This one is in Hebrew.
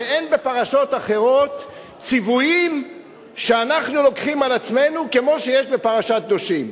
אין בפרשות אחרות ציוויים שאנחנו לוקחים על עצמנו כמו שיש בפרשת קדושים.